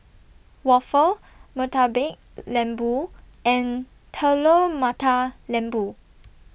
Waffle Murtabak Lembu and Telur Mata Lembu